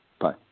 Bye